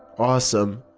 awesome!